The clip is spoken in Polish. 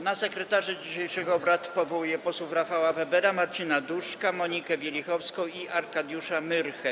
Na sekretarzy dzisiejszych obrad powołuję posłów Rafała Webera, Marcina Duszka, Monikę Wielichowską i Arkadiusza Myrchę.